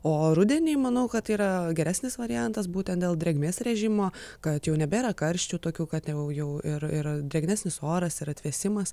o rudenį manau kad yra geresnis variantas būtent dėl drėgmės režimo kad jau nebėra karščių tokių kad jau jau ir ir drėgnesnis oras ir atvėsimas